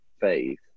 faith